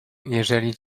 jeżeli